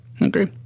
Agree